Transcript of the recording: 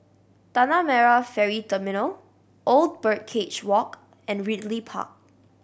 Tanah Merah Ferry Terminal Old Birdcage Walk and Ridley Park